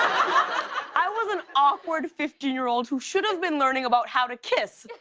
i was an awkward fifteen year old who should have been learning about how to kiss.